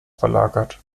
verlagert